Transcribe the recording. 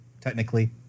technically